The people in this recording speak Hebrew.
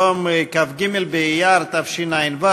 היום כ"ג באייר התשע"ו,